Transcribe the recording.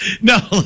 No